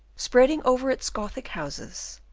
spreading over its gothic houses,